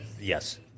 yes